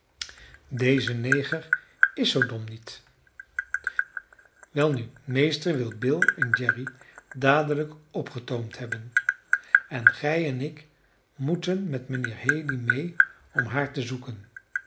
deze neger is zoo dom niet welnu meester wil bill en jerry dadelijk opgetoomd hebben en gij en ik moeten met mijnheer haley mee om haar te zoeken